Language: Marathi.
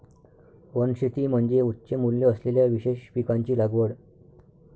वनशेती म्हणजे उच्च मूल्य असलेल्या विशेष पिकांची लागवड